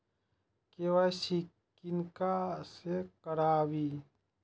KYC किनका से कराबी?